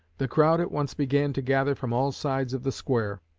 the crowd at once began to gather from all sides of the square.